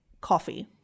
coffee